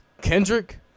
Kendrick